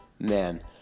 man